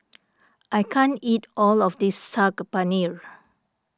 I can't eat all of this Saag Paneer